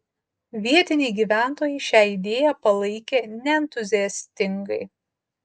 vietiniai gyventojai šią idėją palaikė neentuziastingai